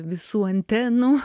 visų antenų